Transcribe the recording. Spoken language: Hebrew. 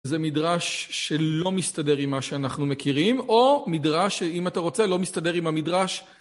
זה מדרש שלא מסתדר עם מה שאנחנו מכירים, או מדרש שאם אתה רוצה לא מסתדר עם המדרש